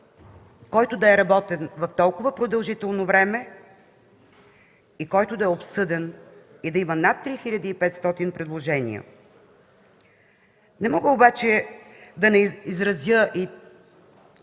който да е работен толкова продължително време и който да е обсъден и да има над 3500 предложения. Не мога обаче да не изразя